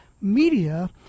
Media